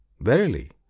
verily